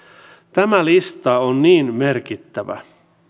tämä lista on niin merkittävä